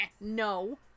no